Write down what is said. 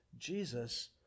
Jesus